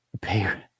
pay